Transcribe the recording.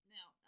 Now